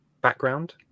background